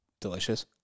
delicious